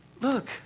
look